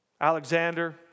Alexander